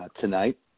tonight